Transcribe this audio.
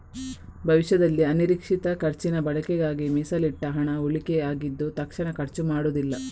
ಭವಿಷ್ಯದಲ್ಲಿ ಅನಿರೀಕ್ಷಿತ ಖರ್ಚಿನ ಬಳಕೆಗಾಗಿ ಮೀಸಲಿಟ್ಟ ಹಣ ಉಳಿಕೆ ಆಗಿದ್ದು ತಕ್ಷಣ ಖರ್ಚು ಮಾಡುದಿಲ್ಲ